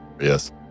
Yes